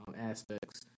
aspects